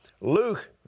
Luke